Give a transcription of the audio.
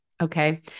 Okay